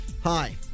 Hi